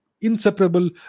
inseparable